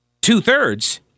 two-thirds